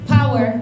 Power